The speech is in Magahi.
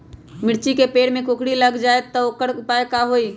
मिर्ची के पेड़ में कोकरी लग जाये त वोकर उपाय का होई?